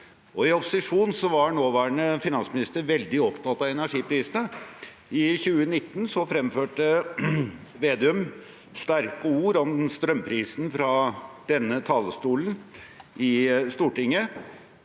I opposisjon var nåværende finansminister veldig opptatt av energiprisene. I 2019 fremførte Vedum sterke ord om strømprisen fra denne talerstolen i Stortinget,